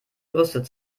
gerüstet